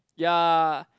ya